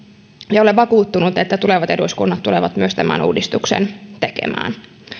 ja olen vakuuttunut että tulevat eduskunnat tulevat myös tämän uudistuksen tekemään